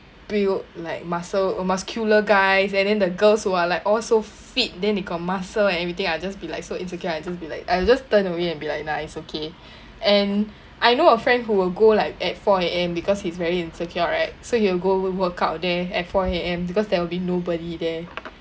built like muscle muscular guys and then the girls who are like all so fit then they got muscle and everything I just be like so insecure I just be like I'll just turn away and be like nah it's okay and I know a friend who will go like at four A_M because he's very insecure right so he will go work workout there at four A_M because there will be nobody there